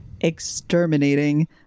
exterminating